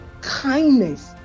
kindness